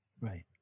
right